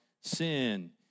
sin